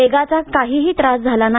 वेगाचा काहीही त्रास झाला नाही